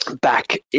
Back